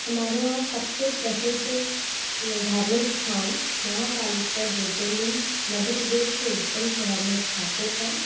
हमारे यहाँ सबसे प्रसिद्ध धार्मिक स्थान महाकालेश्वर ज्योतिर्लिंग मध्य प्रदेश के उज्जैन शहर में स्थापित है